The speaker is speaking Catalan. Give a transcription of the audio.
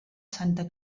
santa